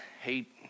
hate